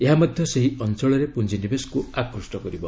ଏହା ମଧ୍ୟ ସେହି ଅଞ୍ଚଳରେ ପୁଞ୍ଜିନିବେଶକୁ ଆକୁଷ୍ଟ କରିବ